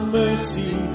mercy